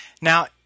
Now